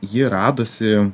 ji radosi